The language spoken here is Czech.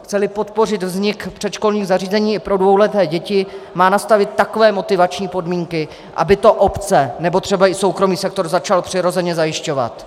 Chceli podpořit vznik předškolních zařízení i pro dvouleté děti, má nastavit takové motivační podmínky, aby to obce, nebo třeba i soukromý sektor, začaly přirozeně zajišťovat.